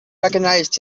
recognised